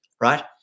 right